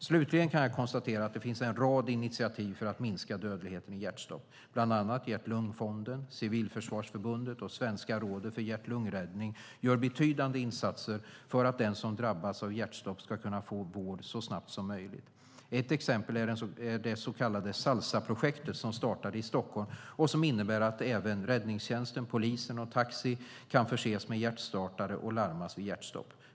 Slutligen kan jag konstatera att det finns en rad initiativ för att minska dödligheten i hjärtstopp. Bland annat Hjärt-Lungfonden, Civilförsvarsförbundet och Svenska rådet för hjärt-lungräddning gör betydande insatser för att den som drabbas av hjärtstopp ska få vård så snabbt som möjligt. Ett exempel är det så kallade Salsaprojektet som startade i Stockholm och som innebär att även räddningstjänsten, polisen och taxi kan förses med hjärtstartare och larmas vid hjärtstopp.